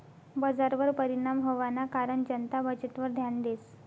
बजारवर परिणाम व्हवाना कारण जनता बचतवर ध्यान देस